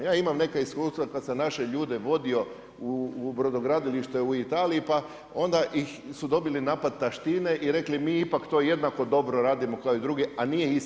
Ja imam neka iskustva kad sam naše ljude vodio u brodogradilište u Italiji, pa onda su dobili napad taštine i rekli mi ipak to jednako dobro radimo kao i drugi, a nije istina.